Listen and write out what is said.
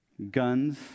Guns